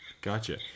Gotcha